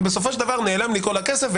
ובסופו של דבר נעלם לי כל הכסף,